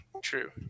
True